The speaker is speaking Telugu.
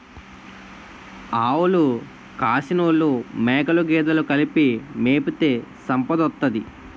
ఆవులు కాసినోలు మేకలు గేదెలు కలిపి మేపితే సంపదోత్తది